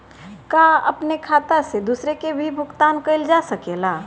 का अपने खाता से दूसरे के भी भुगतान कइल जा सके ला?